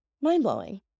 Mind-blowing